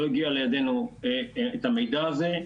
לא הגיע לידינו המידע הזה.